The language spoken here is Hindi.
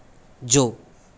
जो